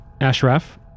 Ashraf